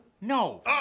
No